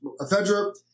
ephedra